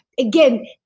Again